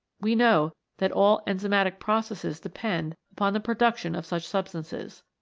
we know that all enzymatic processes depend upon the production of such substances.